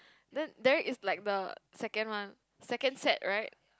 then there is like the second one second set right